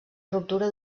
ruptura